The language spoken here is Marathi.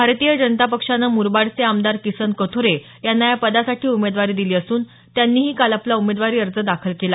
भारतीय जनता पक्षानं मुरबाडचे आमदार किसन कथोरे यांना या पदासाठी उमेदवारी दिली असून त्यांनीही काल आपला उमेदवारी अर्ज दाखल केला